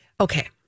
Okay